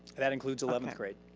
that includes eleventh grade.